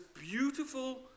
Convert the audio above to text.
beautiful